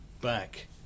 back